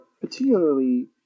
particularly